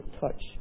touch